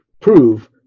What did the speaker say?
prove